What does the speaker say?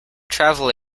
travel